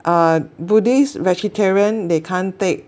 a buddhist vegetarian they can't take